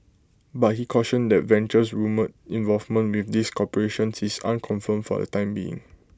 but he cautioned that Venture's rumoured involvement with these corporations is unconfirmed for the time being